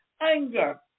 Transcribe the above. anger